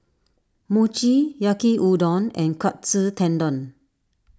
Mochi Yaki Udon and Katsu Tendon